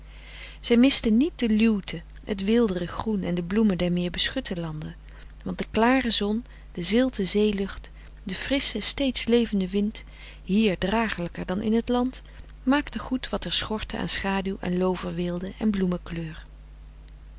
zij miste niet de luwte het weelderig groen en de bloemen der meer beschutte landen want de klare zon de zilte zeelucht de frissche steeds levende wind hier dragelijker dan in t land maakte goed wat er schortte aan schaduw en looverweelde en